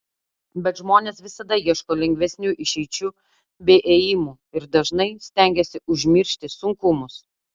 bet žmonės visada ieško lengvesnių išeičių bei ėjimų ir dažnai stengiasi užmiršti sunkumus